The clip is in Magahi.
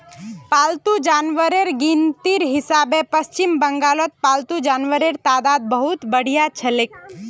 पालतू जानवरेर गिनतीर हिसाबे पश्चिम बंगालत पालतू जानवरेर तादाद बहुत बढ़िलछेक